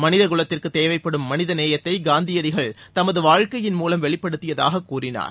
மனித குலத்திற்கு தேவைப்படும் மனித நேயத்தை காந்தியடிகள் தமது வாழ்க்கையின் மூலம் வெளிப்படுத்தியதாக கூறினார்